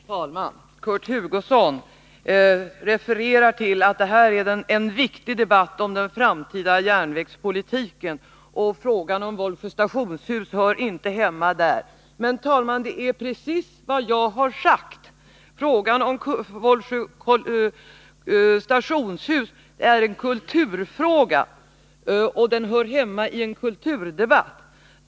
Herr talman! Kurt Hugosson refererar till att detta är en viktig debatt om den framtida järnvägspolitiken och att frågan om Vollsjö stationshus inte hör hemma där. Men det är precis vad jag har sagt. Frågan om Vollsjö stationshus är en kulturfråga, och den hör hemma i en kulturdebatt.